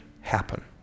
happen